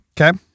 Okay